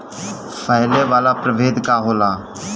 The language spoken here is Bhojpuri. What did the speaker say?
फैले वाला प्रभेद का होला?